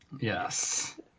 Yes